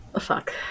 fuck